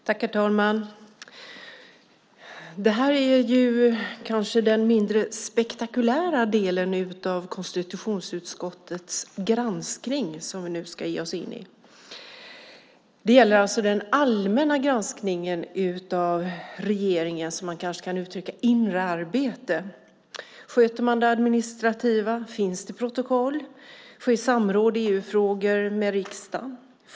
Herr talman! Det här är kanske den mindre spektakulära delen av konstitutionsutskottets granskning. Den ska vi nu ge oss in i. Det gäller alltså den allmänna granskningen av regeringens, som man kanske kan uttrycka det, inre arbete. Sköter man det administrativa? Finns det protokoll? Sker samråd i EU-frågor med riksdagen?